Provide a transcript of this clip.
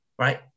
right